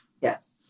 Yes